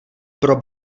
pro